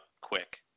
quick